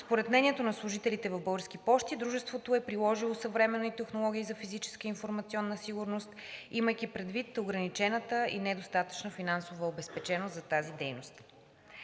Според мнението на служителите в „Български пощи“, дружеството е приложило съвременни технологии за физическа и информационна сигурност, имайки предвид ограничената и недостатъчна финансова обезпеченост за тази дейност.